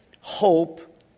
hope